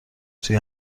توی